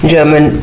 German